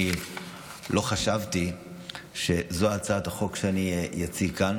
אני לא חשבתי שזו הצעת החוק שאני אציג כאן.